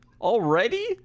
already